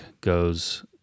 goes